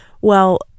Well-